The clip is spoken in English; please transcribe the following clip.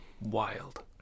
Wild